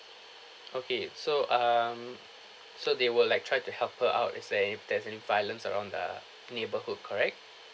okay so um so they will like try to help her out let's say if there's any violence around the neighbourhood correct